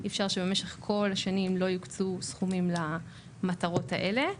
אי אפשר שבמשך כל השנים לא יוקצו סכומים למטרות האלה,